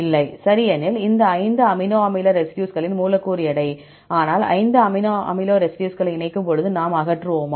இல்லை சரி ஏனெனில் இது இந்த 5 அமினோ அமில ரெசிடியூஸ்களின் மூலக்கூறு எடை ஆனால் 5 அமினோ அமில ரெசிடியூஸ்களை இணைக்கும்போது நாம் அகற்றுவோமா